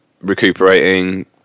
recuperating